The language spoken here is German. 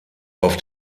auf